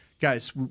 guys